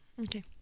Okay